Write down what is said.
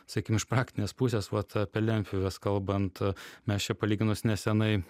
sakykime iš praktinės pusės vat apie lentpjūves kalbant mes čia palyginus nesenai